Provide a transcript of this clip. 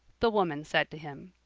the woman said to him,